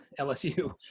LSU